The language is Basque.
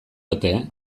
ote